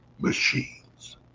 Machines